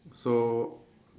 so